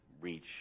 reach